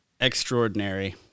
extraordinary